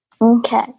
Okay